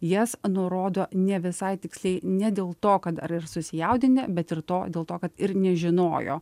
jas nurodo ne visai tiksliai ne dėl to kad ar ir susijaudinę bet ir to dėl to kad ir nežinojo